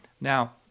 Now